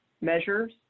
measures